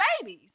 babies